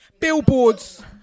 Billboards